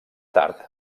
tard